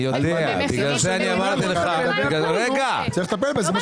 בגלל זה אמרתי לך -- צריך לטפל בזה.